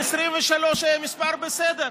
23 היה מספר בסדר.